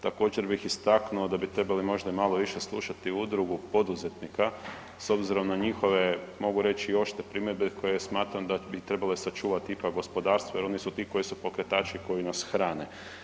Također bih istaknuo da bi trebali možda malo više slušati Udrugu poduzetnika s obzirom na njihove, mogu reći i oštre primjedbe koje smatram da bi trebale sačuvati ipak gospodarstvo jer oni su ti koji su pokretači, koji nas hrane.